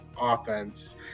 offense